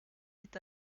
est